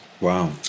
wow